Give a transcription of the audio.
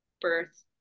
birth